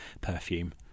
perfume